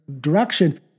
direction